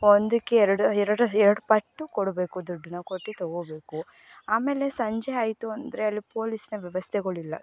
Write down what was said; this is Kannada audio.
ಒಂದಕ್ಕೆ ಎರಡು ಎರಡು ಎರಡು ಪಟ್ಟು ಕೊಡಬೇಕು ದುಡ್ಡನ್ನು ಕೊಟ್ಟು ತಗೊಬೇಕು ಆಮೇಲೆ ಸಂಜೆ ಆಯಿತು ಅಂದರೆ ಅಲ್ಲಿ ಪೊಲೀಸಿನ ವ್ಯವಸ್ಥೆಗಳಿಲ್ಲ